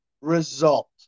result